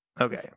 okay